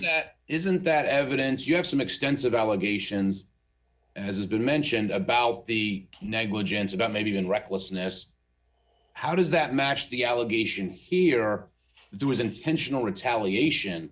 that isn't that evidence you have some extensive allegations has been mentioned about the negligence and maybe even recklessness how does that match the allegation here are due is intentional retaliation